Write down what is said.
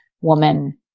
woman